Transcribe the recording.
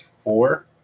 four